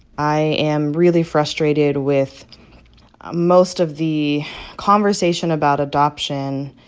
i am really frustrated with most of the conversation about adoption